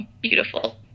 beautiful